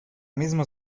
misma